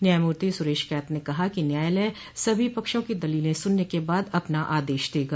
न्यायमूर्ति सुरेश कैत ने कहा कि न्यायालय सभी पक्षों के दलीलें सुनने के बाद अपना आदेश देगा